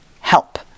help